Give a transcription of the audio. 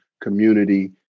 Community